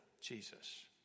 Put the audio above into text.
Jesus